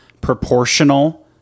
proportional